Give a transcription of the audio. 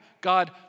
God